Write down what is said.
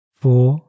four